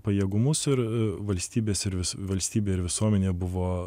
pajėgumus ir valstybės ir vis valstybė ir visuomenė buvo